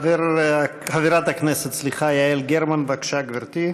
חברת הכנסת יעל גרמן, בבקשה, גברתי.